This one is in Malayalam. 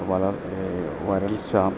വരൾച്ച വരൾച്ച